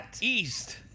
East